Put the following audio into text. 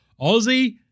Aussie